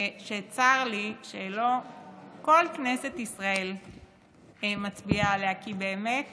צר לי שלא כל כנסת ישראל מצביעה עליה, כי באמת